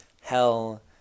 hell